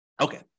okay